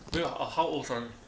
wa~ how old sorry